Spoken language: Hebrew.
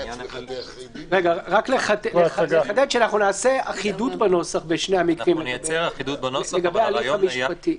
רק נחדד שאנחנו ניצור אחידות בנוסח בשני המקרים לגבי ההליך המשפטי.